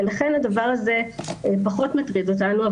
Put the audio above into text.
ולכן הדבר הזה פחות מטריד אותנו.